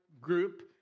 group